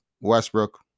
Westbrook